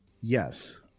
Yes